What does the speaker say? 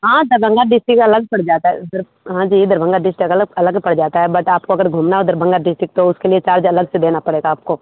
हाँ दरभंगा डिस्टिक अलग पड़ जाता है उधर हाँ जी दरभंगा डिस्टिक अलग अलग पड़ जाता है बट आपको अगर घूमना हो दरभंगा डिस्टिक तो उसके लिए चार्ज अलग से देना पड़ेगा आपको